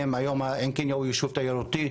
עין קנייא הוא יישוב תיירותי,